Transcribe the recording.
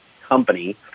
company